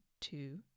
two